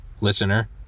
listener